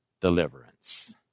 deliverance